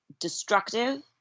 destructive